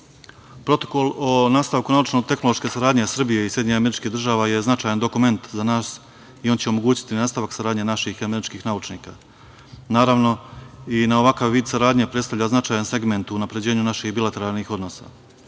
o nastavku naučno-tehnološke saradnje Srbije i SAD je značajan dokument za nas i on će omogućiti nastavak saradnje naših i američkih naučnika. Naravno, i ovakav vid saradnje predstavlja značajan segment u unapređenju naših bilateralnih